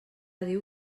diu